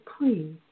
please